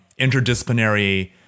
interdisciplinary